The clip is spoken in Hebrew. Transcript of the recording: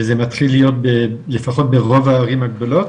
וזה מתחיל להיות לפחות ברוב הערים הגדולות.